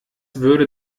würde